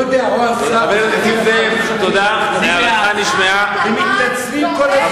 או השר או אחרים מתנצלים כל הזמן.